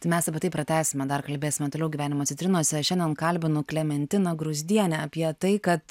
tai mes apie tai pratęsime dar kalbėsime toliau gyvenimo citrinose šiandien kalbinu klementiną gruzdienę apie tai kad